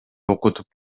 окутуп